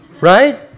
Right